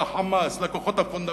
ל"חמאס", לכוחות הפונדמנטליסטיים,